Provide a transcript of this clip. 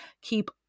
keep